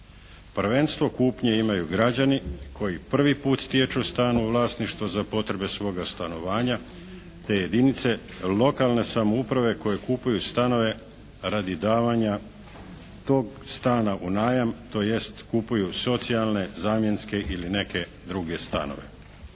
Prvenstvo kupnje imaju građani koji prvi put stječu stan u vlasništvo za potrebe svoga stanovanja te jedinice lokalne samouprave koje kupuju stanove radi davanja tog stana u najam tj. kupuju socijalne, zamjenske ili neke druge stanove.